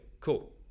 cool